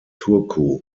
turku